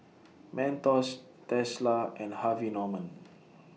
Mentos Tesla and Harvey Norman